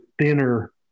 thinner